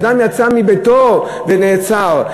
אדם יצא מביתו ונעצר,